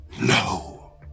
No